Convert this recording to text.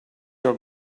your